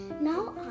Now